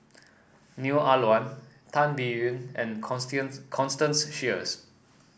Neo Ah Luan Tan Biyun and Constance Sheares